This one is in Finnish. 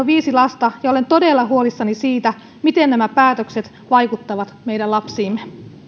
viisi lasta ja olen todella huolissani siitä miten nämä päätökset vaikuttavat meidän lapsiimme